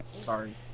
sorry